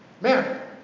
man